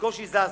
בקושי זזה,